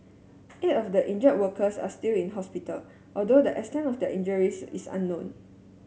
eight of the injured workers are still in hospital although the extent of their injuries is unknown